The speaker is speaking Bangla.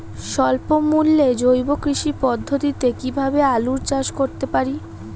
স্বল্প মূল্যে জৈব কৃষি পদ্ধতিতে কীভাবে আলুর চাষ করতে পারি?